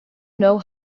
know